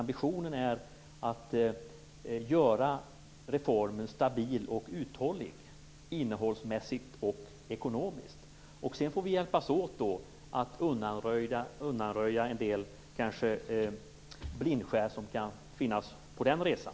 Ambitionen är att göra reformen stabil och uthållig, innehållsmässigt och ekonomiskt. Sedan får vi hjälpas åt att undanröja en del blindskär som kanske kan finnas på den resan.